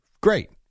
Great